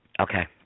Okay